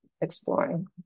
exploring